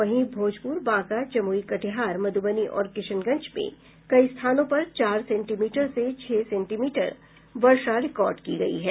वहीं भोजपुर बांका जमुई कटिहार मधुबनी और किशनगंज में कई स्थानों पर चार सेंटीमीटर से छह सेंटीमीटर वर्षा रिकार्ड की गयी है